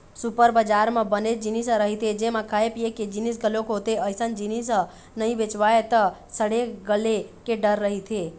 super बजार म बनेच जिनिस ह रहिथे जेमा खाए पिए के जिनिस घलोक होथे, अइसन जिनिस ह नइ बेचावय त सड़े गले के डर रहिथे